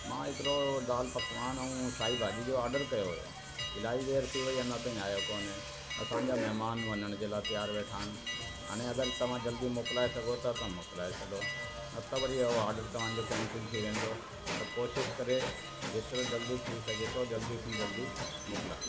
मां हिकिड़ो दाल पकवान ऐं साई भाॼी जो ऑडर कयो हो इलाही देरि थी वई अञा ताईं आयो कोन्हे असांजा महिमान वञण जे लाइ त्योहार वेठा आहिनि हाणे अगरि तव्हां जल्दी मोकिलाए सघो था त मोकिलाए छॾो न त वरी उहो ऑडर तव्हां जो केंसल थी वेंदो त कोशिश करे जेतिरो जल्दी थी सघे थो जल्दी में जल्दी मोकिलायो